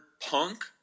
punk